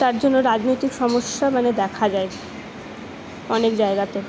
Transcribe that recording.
তার জন্য রাজনৈতিক সমস্যা মানে দেখা যায় অনেক জায়গাতে